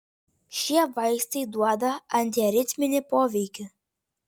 šie vaistai duoda antiaritminį poveikį